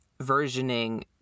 versioning